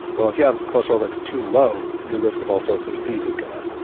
well if you have cholesterol that's too low, your risk of all sorts of diseases go up.